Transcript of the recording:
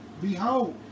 Behold